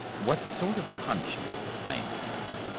what sort of punishment? i inquired.